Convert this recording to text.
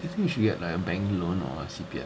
do you think we should get like a bank loan or like a C_P_F